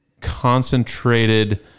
concentrated